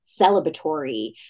celebratory